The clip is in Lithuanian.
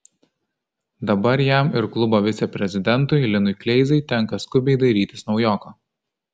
dabar jam ir klubo viceprezidentui linui kleizai tenka skubiai dairytis naujoko